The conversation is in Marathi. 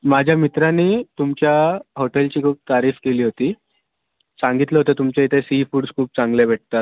माझ्या मित्रांनी तुमच्या हॉटेलची खूप तारीफ केली होती सांगितलं होतं तुमच्या इथे सीफूड्स खूप चांगले भेटतात